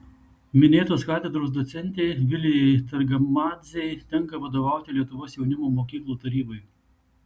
minėtos katedros docentei vilijai targamadzei tenka vadovauti lietuvos jaunimo mokyklų tarybai